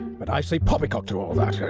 but i say poppycock to all that.